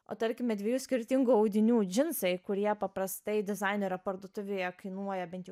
o tarkime dviejų skirtingų audinių džinsai kurie paprastai dizainerio parduotuvėje kainuoja bent jau